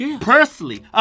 Personally